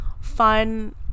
fun